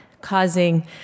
causing